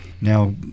now